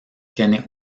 tiene